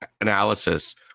analysis